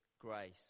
grace